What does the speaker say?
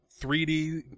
3D